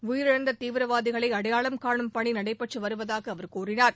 உயிரிழந்த தீவிரவாதிகளை அடையாளம் கானும் பணி நடைபெற்று வருவதாக அவர் கூறினார்